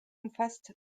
umfasst